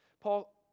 Paul